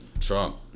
Trump